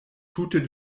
tute